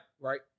right